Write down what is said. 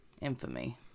infamy